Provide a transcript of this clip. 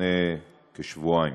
לפני כשבועיים.